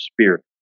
spirit